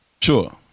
Sure